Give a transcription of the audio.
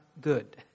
good